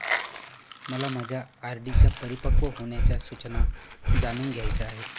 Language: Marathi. मला माझ्या आर.डी च्या परिपक्व होण्याच्या सूचना जाणून घ्यायच्या आहेत